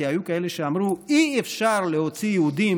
כי היו כאלה שאמרו: אי-אפשר להוציא יהודים